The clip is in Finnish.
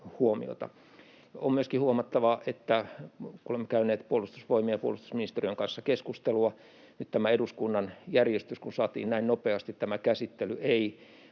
huomiota. On myöskin huomattava, että — kun olemme käyneet Puolustusvoimien ja puolustusministeriön kanssa keskustelua — kun tämä eduskunnan järjestys nyt saatiin näin nopeasti, niin tämä käsittely ei